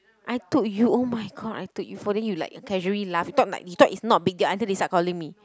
I told you oh my god I told you for then you like casually laugh you thought like you thought it's not a big deal until they start calling me